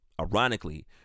Ironically